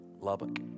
Lubbock